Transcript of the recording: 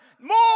More